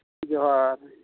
ᱡᱚᱦᱟᱨ